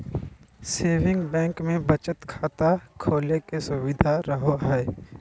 saving bank मे बचत खाता खोले के सुविधा रहो हय